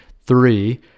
Three